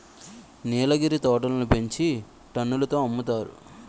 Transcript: నీలగిరి తోటలని పెంచి టన్నుల తో అమ్ముతారు